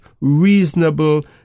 reasonable